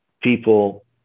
people